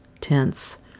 tense